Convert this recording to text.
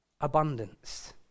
abundance